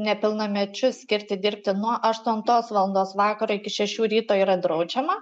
nepilnamečius skirti dirbti nuo aštuntos valandos vakaro iki šešių ryto yra draudžiama